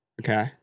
Okay